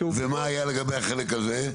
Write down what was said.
ומה היה לגבי החלק הזה?